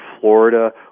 Florida